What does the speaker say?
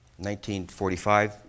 1945